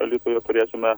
alytuje turėsime